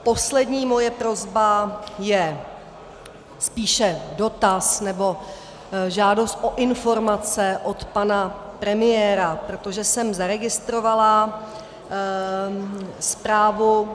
Poslední moje prosba je spíše dotaz nebo žádost o informace od pana premiéra, protože jsem zaregistrovala zprávu...